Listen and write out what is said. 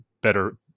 better